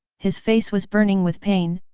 his face was burning with pain,